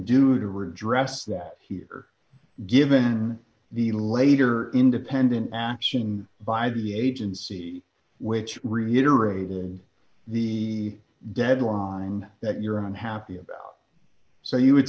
do to redress that here given the later independent action by the agency which reiterating the deadline that you're unhappy about so you would